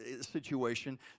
situation